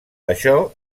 això